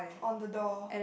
on the door